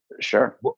Sure